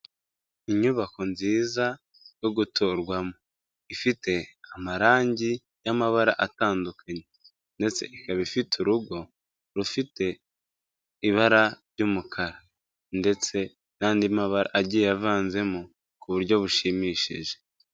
Inyubako nziza yo guturwamo ifite amarangi y'amabara atandukanye ndetse ikaba ifite urugo rufite ibara ry'umukara ndetse n'andi mabara agiye avanzemo ku buryo bushimishije.